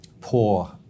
poor